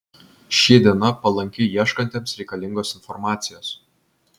ši diena palanki ieškantiems reikalingos informacijos